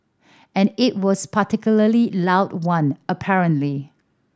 and it was particularly loud one apparently